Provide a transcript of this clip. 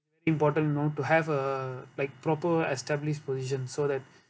important know to have a like proper established position so that